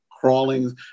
crawling